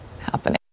happening